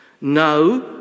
now